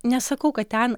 nesakau kad ten